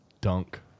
dunk